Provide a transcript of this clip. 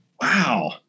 Wow